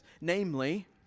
Namely